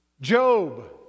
Job